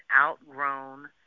outgrown